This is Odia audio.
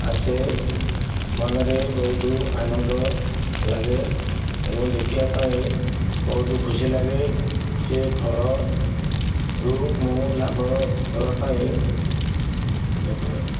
ଆସେ ମନରେ ବହୁତ ଆନନ୍ଦ ଲାଗେ ଏବଂ ଦେଖିବା ପାଇଁ ବହୁତ ଖୁସି ଲାଗେ ସେ ଫଳରୁ ମୁଁ ଲାଭ ହେବା ପାଇଁ ଏୟାତ